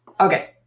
Okay